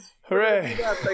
Hooray